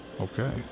Okay